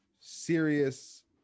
serious